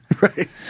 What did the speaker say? Right